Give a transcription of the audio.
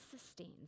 sustains